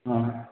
ஆ